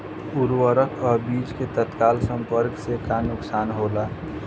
उर्वरक अ बीज के तत्काल संपर्क से का नुकसान होला?